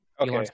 okay